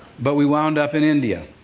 but we wound up in india.